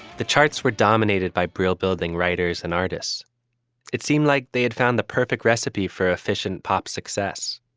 the charts were dominated by brill building writers and artists it seemed like they had found the perfect recipe for efficient pop success.